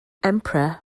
emperor